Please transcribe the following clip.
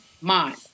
mind